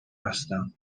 هستم